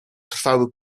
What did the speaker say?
trwały